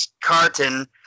Carton